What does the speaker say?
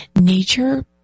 nature